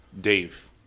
Dave